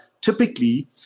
typically